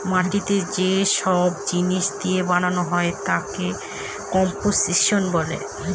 মাটি যে সব জিনিস দিয়ে বানায় তাকে কম্পোসিশন বলে